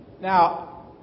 Now